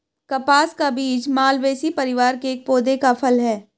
कपास का बीज मालवेसी परिवार के एक पौधे का फल है